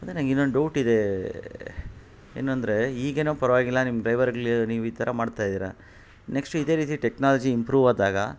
ಅದೇ ನಂಗೆ ಇನ್ನೊಂದು ಡೌಟ್ ಇದೇ ಏನು ಅಂದರೆ ಈಗೇನೋ ಪರವಾಗಿಲ್ಲ ನಿಮ್ಮ ಡ್ರೈವರ್ಗ್ಳು ನೀವು ಈ ಥರ ಮಾಡ್ತಾಯಿದೀರಾ ನೆಕ್ಸ್ಟು ಇದೇ ರೀತಿ ಟೆಕ್ನಾಲಜಿ ಇಂಪ್ರೂವ್ ಆದಾಗ